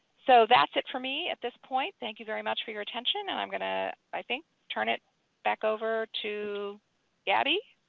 so that's it for me at this point. thank you very much for your attention, and i'm going to turn it back over to gabby.